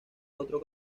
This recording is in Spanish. otro